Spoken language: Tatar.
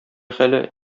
хәле